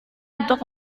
untuk